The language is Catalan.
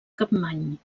capmany